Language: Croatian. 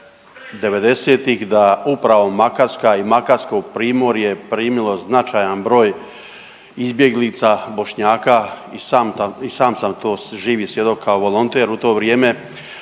90-ih da upravo Makarska i makarsko primorje primilo značajan broj izbjeglica, Bošnjaka i sam sam to živi svjedok kao volonter u to vrijeme,